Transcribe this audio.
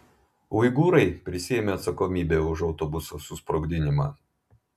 uigūrai prisiėmė atsakomybę už autobuso susprogdinimą